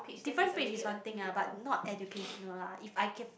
different page is one thing ah but not educational lah if I can